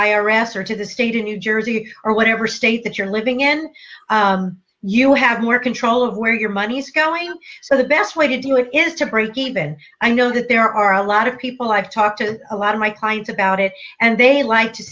s or to the state of new jersey or whatever state that you're living in you have more control of where your money's going so the best way to do it is to break even i know that there are a lot of people i talk to a lot of my clients about it and they like to